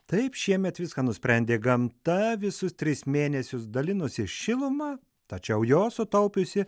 taip šiemet viską nusprendė gamta visus tris mėnesius dalinosi šiluma tačiau jos sutaupiusi